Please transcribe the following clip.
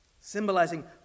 symbolizing